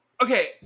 Okay